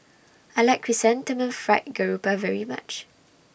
I like Chrysanthemum Fried Garoupa very much